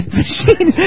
machine